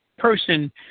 person